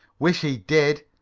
wish he did.